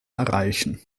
erreichen